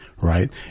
right